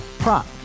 Prop